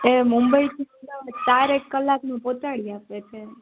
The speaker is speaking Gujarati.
એ મુંબઈથી ચાર એક કલાકનું પોહચાડી આપે છે